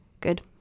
good